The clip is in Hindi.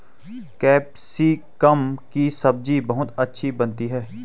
कैप्सिकम की सब्जी बहुत अच्छी बनती है